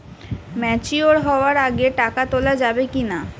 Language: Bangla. ম্যাচিওর হওয়ার আগে টাকা তোলা যাবে কিনা?